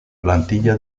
plantilla